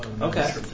Okay